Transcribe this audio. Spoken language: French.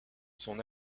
son